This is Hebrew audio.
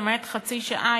למעט חצי שעה,